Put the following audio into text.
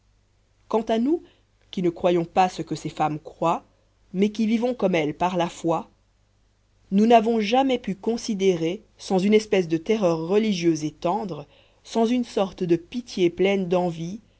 quant à nous qui ne croyons pas ce que ces femmes croient mais qui vivons comme elles par la foi nous n'avons jamais pu considérer sans une espèce de terreur religieuse et tendre sans une sorte de pitié pleine d'envie